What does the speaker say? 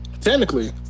technically